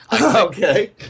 Okay